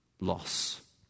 loss